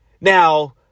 Now